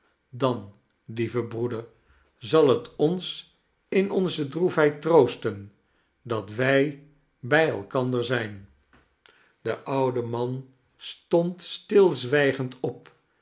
dan lieve broeder zal het ons in onze droefheid troosten dat wij bij elkander zijn de oude man stond stilzwijgend op